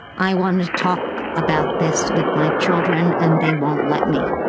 i want to talk about this with my children and they won't let me.